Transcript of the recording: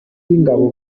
b’ingabo